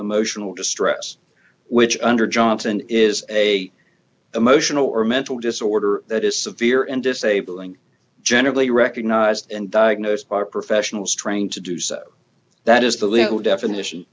emotional distress which under johnson is a emotional or mental disorder that is severe and disabling generally recognized and diagnosed part professionals trained to do so that is the legal definition